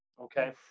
Okay